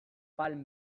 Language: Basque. palm